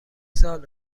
سال